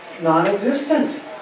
non-existent